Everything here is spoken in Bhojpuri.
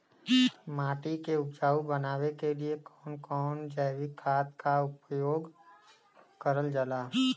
माटी के उपजाऊ बनाने के लिए कौन कौन जैविक खाद का प्रयोग करल जाला?